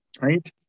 right